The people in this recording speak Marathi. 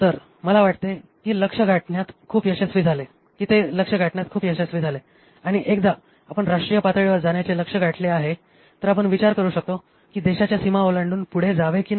तर मला वाटते की ते लक्ष्य गाठण्यात खूप यशस्वी झाले आणि एकदा आपण राष्ट्रीय पातळीवर जाण्याचे लक्ष्य गाठले आहे तर आपण विचार करू शकतो की देशाच्या सीमा ओलांडून पुढे जावे की नाही